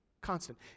constant